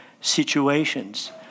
situations